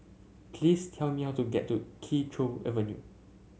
please tell me how to get to Kee Choe Avenue